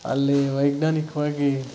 ಅಲ್ಲಿ ವೈಜ್ಞಾನಿಕವಾಗಿ